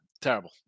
terrible